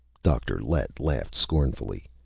dr. lett laughed scornfully.